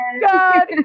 God